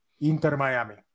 Inter-Miami